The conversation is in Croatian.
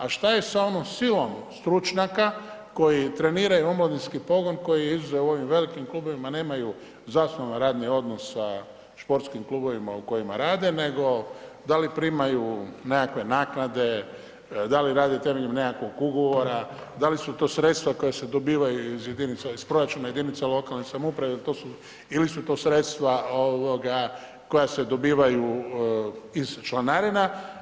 A šta sa onom silom stručnjaka koji treniraju omladinski pogon koji je izuzev u ovim velikim klubovima nemaju zasnovan radni odnos sa športskim klubovima u kojima rade, nego da li primaju nekakve naknade, da li rade temeljem nekakvog ugovora, da li su to sredstva koja je dobivaju iz proračuna jedinica lokalne samouprave ili su to sredstva ovoga koja se dobivaju iz članarina.